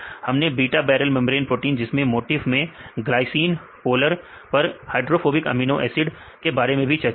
हमने beta barrel membrane protein जिसके motif में ग्लाइसिन पोलर पर हाइड्रोफोबिक अमीनो एसिड के बारे में भी चर्चा की